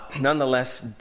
Nonetheless